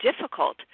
difficult